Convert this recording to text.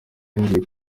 yongeye